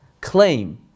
claim